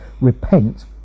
repent